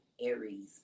Aries